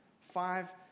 five